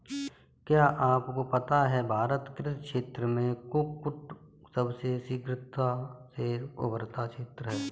क्या आपको पता है भारत कृषि क्षेत्र में कुक्कुट सबसे शीघ्रता से उभरता क्षेत्र है?